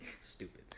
Stupid